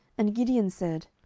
and gideon said,